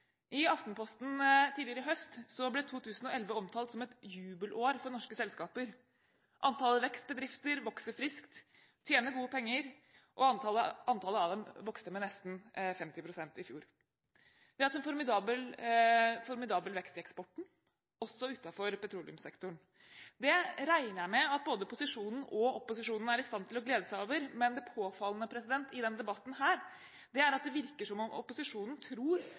I Aftenposten tidligere i høst ble 2011 omtalt som et jubelår for norske selskaper. Antall vekstbedrifter vokser friskt, de tjener gode penger, og de vokste med nesten 50 pst. i fjor. Vi har hatt en formidabel vekst i eksporten, også utenfor petroleumssektoren. Det regner jeg med at både posisjonen og opposisjonen er i stand til å glede seg over, men det påfallende i denne debatten er at det virker som om opposisjonen tror